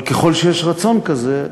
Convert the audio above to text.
אבל ככל שיש רצון כזה,